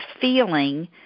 feeling